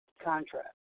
contract